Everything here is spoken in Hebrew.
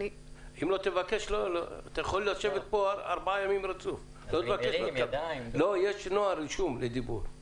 שלום רב, שמי אילן זגדון, אני